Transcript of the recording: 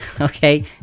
Okay